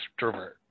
extrovert